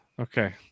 Okay